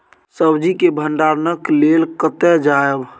सब्जी के भंडारणक लेल कतय जायब?